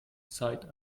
zeit